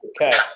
Okay